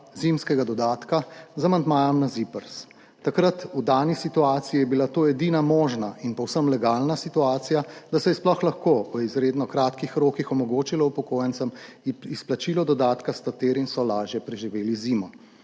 zimskega dodatka z amandmajem na ZIPRS. Takrat v dani situaciji je bila to edina možna in povsem legalna situacija, da se je sploh lahko v izredno kratkih rokih omogočilo upokojencem izplačilo dodatka, s katerim so lažje preživeli zimo.